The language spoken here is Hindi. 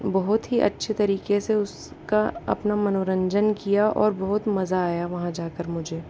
बहुत ही अच्छे तरीके से उसका अपना मनोरंजन किया और बोहोत मज़ा आया वहाँ जाकर मुझे